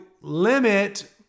limit